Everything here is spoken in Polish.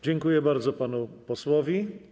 Dziękuję bardzo panu posłowi.